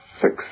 Six